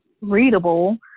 readable